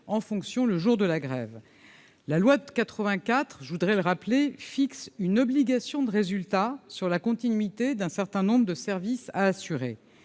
en fonction, le jour de la grève, la loi de 84, je voudrais le rappeler fixe une obligation de résultat sur la continuité d'un certain nombre de services, assurer